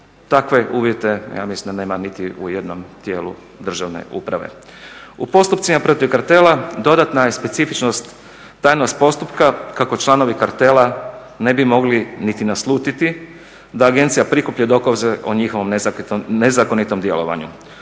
Takve uvjete ja mislim da nema niti u jednom tijelu državne uprave. U postupcima protiv kartela dodatna je specifičnost tajnost postupka kako članovi kartela ne bi mogli niti naslutiti da agencija prikuplja dokaze o njihovom nezakonitom djelovanju.